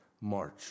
march